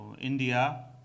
India